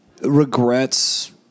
regrets